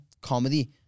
comedy